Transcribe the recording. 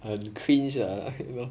很 cringe ah you know